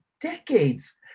decades